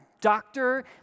doctor